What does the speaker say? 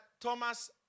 Thomas